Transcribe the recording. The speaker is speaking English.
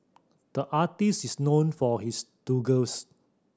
the artist is known for his dongles